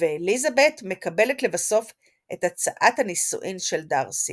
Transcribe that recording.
ואליזבת מקבלת לבסוף את הצעת הנישואין של דארסי.